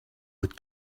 would